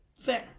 fair